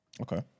Okay